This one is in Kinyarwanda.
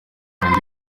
bindi